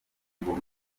ingoma